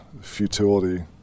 futility